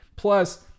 Plus